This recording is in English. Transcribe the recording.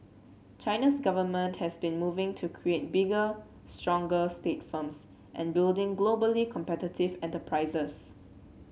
China's government has been moving to create bigger stronger state firms and building globally competitive enterprises